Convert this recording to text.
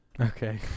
Okay